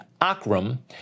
Akram